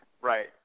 Right